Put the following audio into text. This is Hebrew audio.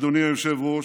אדוני היושב-ראש,